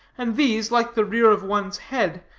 and these, like the rear of one's head,